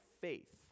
faith